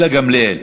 גילה גמליאל.